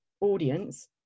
audience